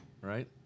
right